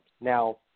Now